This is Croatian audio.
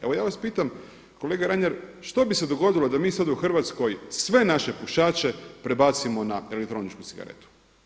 Evo ja vas pitam kolega Reiner što bi se dogodilo da mi sad u Hrvatskoj sve naše pušače prebacimo na elektroničku cigaretu?